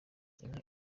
inka